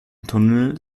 tunnel